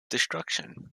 destruction